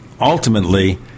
ultimately